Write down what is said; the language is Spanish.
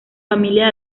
familia